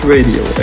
Radio